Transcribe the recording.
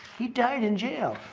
he died in jail,